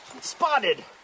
spotted